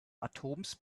atoms